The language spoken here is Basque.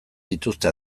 dituzte